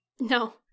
no